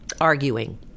arguing